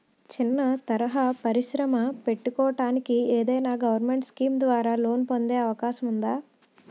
చిన్న తరహా పరిశ్రమ పెట్టుకోటానికి ఏదైనా గవర్నమెంట్ స్కీం ద్వారా లోన్ పొందే అవకాశం ఉందా?